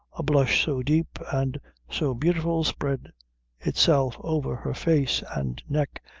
a blush so deep and so beautiful spread itself over her face and neck,